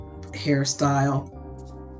hairstyle